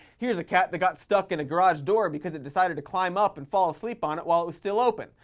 here's a cat that got stuck in a garage door because it decided to climb up and fall asleep on it while it was still open.